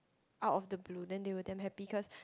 out of the blue then they were damn happy cause